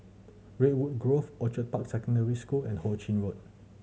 Redwood Grove Orchid Park Secondary School and Ho Ching Road